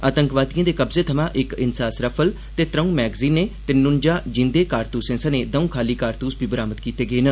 आतंकवादिए दे कब्जे थमा इक इनसास राइफल ते त्रौ मैगजीने ते नुजा जींदे कारतूसे सने दौं खाली कारतूस बी बरामद कीते गे न